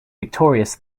victorious